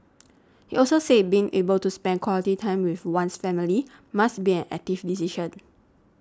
he also said being able to spend quality time with one's family must be an active decision